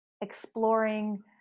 exploring